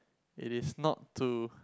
it is not to